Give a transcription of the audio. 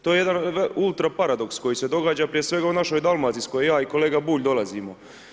To je jedan ultra paradoks koji se događa prije svega u našoj Dalmaciji iz koje ja i kolega Bulj dolazimo.